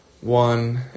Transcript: One